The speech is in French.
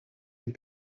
les